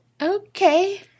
Okay